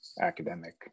academic